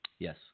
Yes